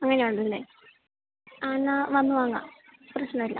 അങ്ങനെ ഉണ്ടല്ലേ ആ എന്നാൽ വന്ന് വാങ്ങാം പ്രശ്നം ഇല്ല